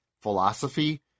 philosophy